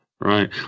Right